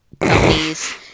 companies